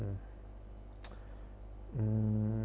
hmm mm